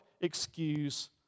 excuse